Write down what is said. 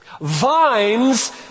vines